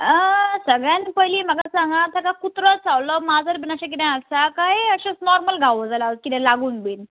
सगळ्यान पयली म्हाका सांगां ताका कुत्रो चावल्लो माजर बीन अशें किदें आसा काय अशेंच नॉर्मल घावो जाला किदें लागून बीन